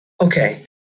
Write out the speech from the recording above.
Okay